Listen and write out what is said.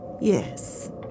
Yes